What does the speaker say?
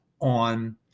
on